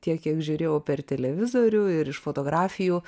tiek kiek žiūrėjau per televizorių ir iš fotografijų